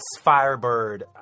Firebird